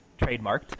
trademarked